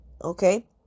okay